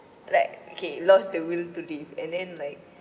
like okay lost the will to live and then like